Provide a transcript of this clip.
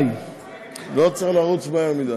התשע"ו 2016, בתמיכת הממשלה.